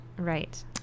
Right